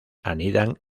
anidan